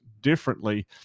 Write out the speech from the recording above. differently